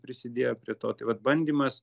prisidėjo prie to tai vat bandymas